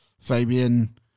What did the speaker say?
Fabian